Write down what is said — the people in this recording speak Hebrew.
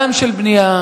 גם של בנייה,